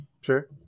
Sure